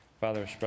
Father